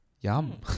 Yum